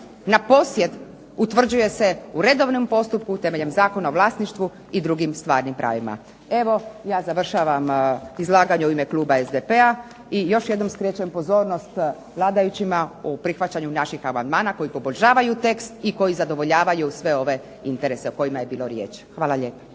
na posjed utvrđuje se u redovnom postupku temeljem Zakona o vlasništvu i drugim stvarnim pravima. Evo ja završavam izlaganje u ime kluba SDP-a i još jednom skrećem pozornost vladajućima u prihvaćanju naših amandmana koji poboljšavaju tekst i koji zadovoljavaju sve ove interese o kojima je bilo riječ. Hvala lijepo.